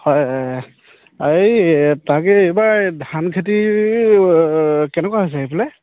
হয় এই তাকে এইবাৰ ধান খেতিৰ কেনেকুৱা হৈছে সেইফালে